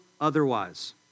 otherwise